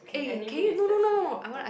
eh can you no no no I wanna ask